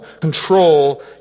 Control